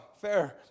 fair